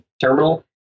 terminal